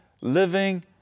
living